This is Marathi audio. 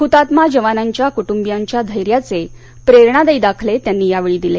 हृतात्मा जवानांच्या कुटुंबियांच्या धैयांचे प्रेरणादायी दाखले त्यांनी यावेळी दिले